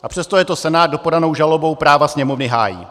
A přesto je to Senát, kdo podanou žalobou práva Sněmovny hájí.